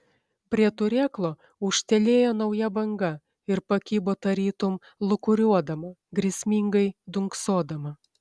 prie turėklo ūžtelėjo nauja banga ir pakibo tarytum lūkuriuodama grėsmingai dunksodama